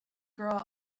grow